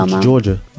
Georgia